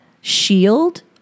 shield